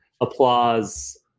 applause